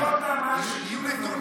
ישאלו אותם מה השחיתות